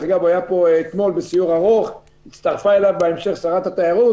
הוא היה אתמול בסיור ארוך ובהמשך הצטרפה אליו שרת התיירות